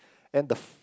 and the